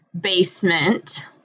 basement